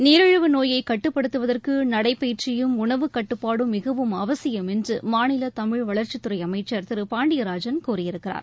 நிரிழிவு நோயை கட்டுப்படுத்துவதற்கு நடைபயிற்சியும் உணவு கட்டுப்பாடும் மிகவும் அவசியம் என்று மாநில தமிழ் வளர்ச்சித்துறை அமைச்சர் திரு பாண்டியராஜன் கூறியிருக்கிறார்